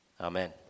Amen